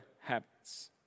habits